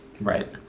Right